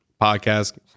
podcast